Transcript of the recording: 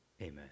Amen